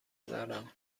دارم